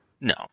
no